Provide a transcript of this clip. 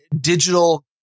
digital